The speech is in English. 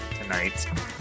tonight